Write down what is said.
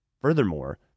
Furthermore